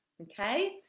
Okay